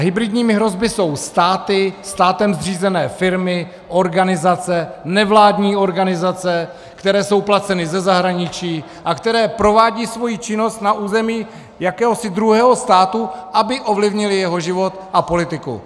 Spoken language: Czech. A hybridními hrozbami jsou státem zřízené firmy, organizace, nevládní organizace, které jsou placeny ze zahraničí a které provádějí svoji činnost na území jakéhosi druhého státu, aby ovlivnily jeho život a politiku.